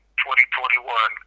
2021